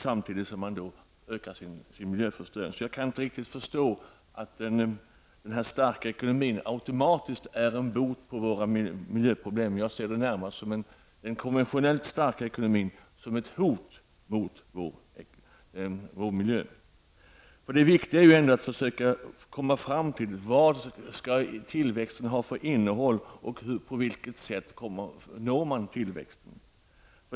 Samtidigt ökar miljöförstöringen i omfattning. Jag kan inte riktigt förstå att den starka ekonomin automatiskt är en bot på våra miljöproblem. Jag ser närmast en konventionellt stark ekonomi som ett hot mot vår miljö. Det viktiga är att komma fram till vad tillväxten skall ha för innehåll och på vilket sätt man skall nå tillväxt.